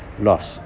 loss